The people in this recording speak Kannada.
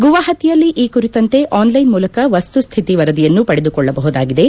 ಗುವಾಪತಿಯಲ್ಲಿ ಈ ಕುರಿತಂತೆ ಆನ್ಲ್ಲೆನ್ ಮೂಲಕ ವಸ್ತುಸ್ತಿತಿ ವರದಿಯನ್ನು ಪಡೆದುಕೊಳ್ಳಬಹುದಾಗಿದೆ